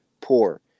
poor